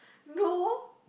no